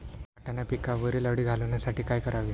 वाटाणा पिकावरील अळी घालवण्यासाठी काय करावे?